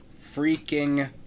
freaking